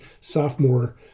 sophomore